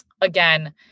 Again